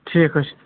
ٹھیٖک حظ چھُ